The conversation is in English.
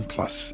Plus